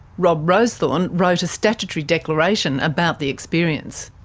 rob rowsthorne wrote a statutory declaration about the experience.